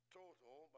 total